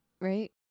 Right